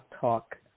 Talk